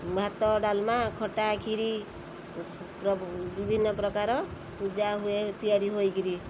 ଭାତ ଡାଲମା ଖଟା କ୍ଷୀରି ପ୍ର ବିଭିନ୍ନ ପ୍ରକାର ପୂଜା ହୁଏ ତିଆରି ହୋଇକିରି